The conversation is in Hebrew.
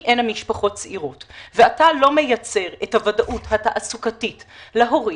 הנה משפחות צעירות ואתה לא מייצר את הוודאות התעסוקתית להורים,